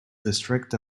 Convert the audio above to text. district